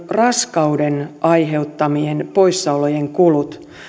raskauden aiheuttamien poissaolojen kulut